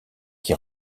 qui